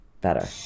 better